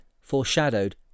foreshadowed